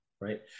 right